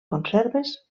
conserves